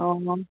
ꯑꯣ